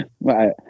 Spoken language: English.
Right